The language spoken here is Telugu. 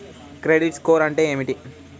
క్రెడిట్ స్కోర్ అంటే ఏమిటి?